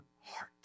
heart